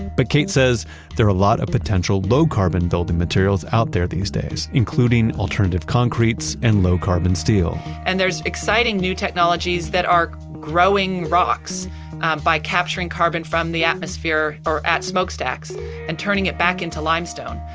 but kate says there are a lot of potential low carbon building materials out there these days, including alternative concretes and low carbon steel. and there's exciting new technologies that are growing rocks by capturing carbon from the atmosphere or at smokestacks and turning it back into limestone.